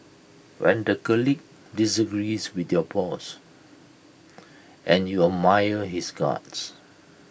when the colleague disagrees with your boss and you admire his guts